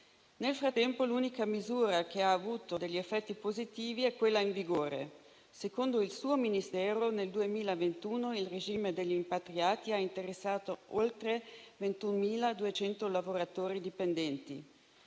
Nel frattempo l'unica misura che ha avuto degli effetti positivi è quella in vigore. Secondo il suo Ministero, nel 2021 il regime degli "impatriati" ha interessato oltre 21.200 lavoratori dipendenti.